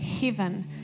heaven